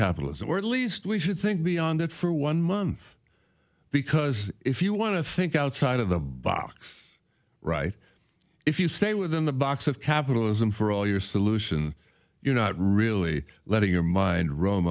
capitalism or at least we should think beyond it for one month because if you want to think outside of the box right if you stay within the box of capitalism for all your solution you're not really letting your mind ro